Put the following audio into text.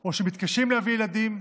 או שמתקשים להביא ילדים.